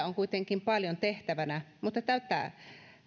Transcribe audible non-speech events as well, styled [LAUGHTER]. [UNINTELLIGIBLE] on kuitenkin paljon tehtävänä mutta tätä